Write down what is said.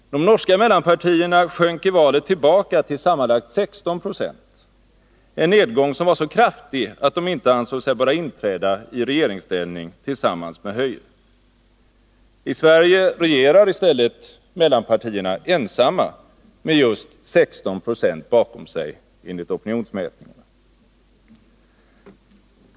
De norska mellanpartierna sjönk i valet tillbaka till sammanlagt 16 Jo — en nedgång som var så kraftig att de inte ansåg sig böra inträda i regeringsställning tillsammans med höyre. I Sverige regerar i stället mellanpartierna ensamma med just 16 20 bakom sig, enligt opinionsmätningarna.